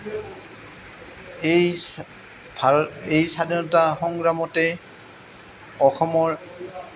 এই ভাৰত এই স্বাধীনতা সংগ্ৰামতে অসমৰ